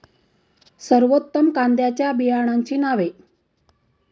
सर्वोत्तम कांद्यांच्या बियाण्यांची नावे?